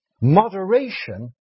Moderation